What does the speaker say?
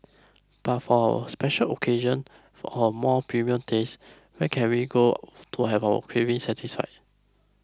but for a special occasion or more premium taste where can we go off to have our craving satisfied